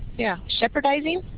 yeah, shepardizing.